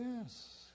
yes